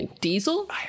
Diesel